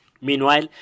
Meanwhile